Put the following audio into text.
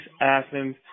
Athens